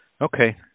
okay